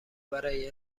برای